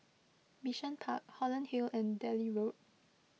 Bishan Park Holland Hill and Delhi Road